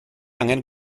angen